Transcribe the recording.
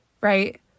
right